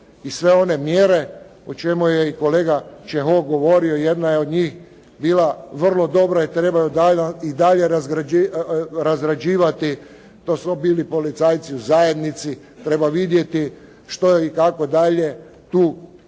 i sve one mjere o čemu je i kolega Čehok govorio. Jedna je od njih bila vrlo dobra i treba je i dalje razrađivati. To su bili policajci u zajednici. Treba vidjeti što i kako dalje tu sigurnost